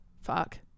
fuck